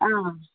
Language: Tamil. ஆ